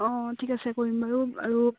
অঁ ঠিক আছে কৰিম বাৰু আৰু